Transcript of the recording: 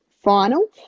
final